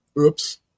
Oops